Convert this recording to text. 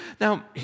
Now